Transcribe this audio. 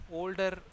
older